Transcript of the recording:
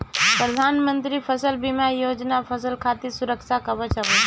प्रधानमंत्री फसल बीमा योजना फसल खातिर सुरक्षा कवच हवे